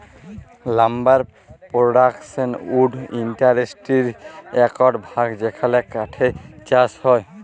lumber production wood ইন্ডাসটিরির একট ভাগ যেখালে কাঠের চাষ হয়